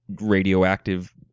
radioactive